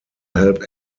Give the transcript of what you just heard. help